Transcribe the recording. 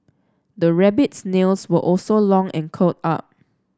the rabbit's nails were also long and curled up